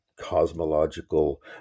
cosmological